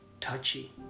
touchy